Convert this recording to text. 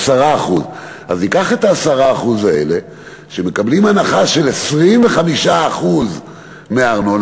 10%. אז ניקח את ה-10% האלה שמקבלים הנחה של 25% בארנונה.